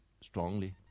strongly